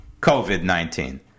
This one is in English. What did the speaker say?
COVID-19